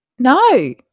No